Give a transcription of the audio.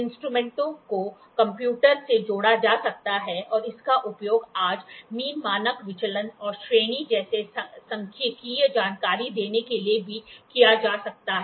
इंस्ट्रूमेंटों को कंप्यूटर से जोड़ा जा सकता है और इसका उपयोग आज मीन मानक विचलन और श्रेणी जैसी सांख्यिकीय जानकारी देने के लिए भी किया जा सकता है